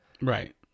Right